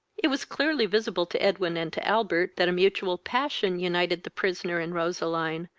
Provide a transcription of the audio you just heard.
it was clearly visible to edwin and to albert that a mutual passion united the prisoner and roseline,